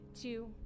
two